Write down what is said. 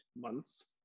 months